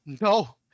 No